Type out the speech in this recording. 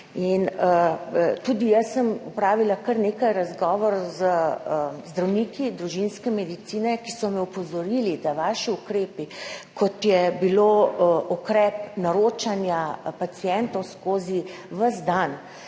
Tudi jaz sem opravila kar nekaj razgovorov z zdravniki družinske medicine, ki so me opozorili, da ste z vašimi ukrepi, kot je bil ukrep naročanja pacientov skozi ves dan,